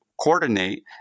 coordinate